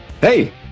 Hey